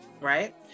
right